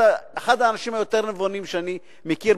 אתה אחד האנשים היותר נבונים שאני מכיר,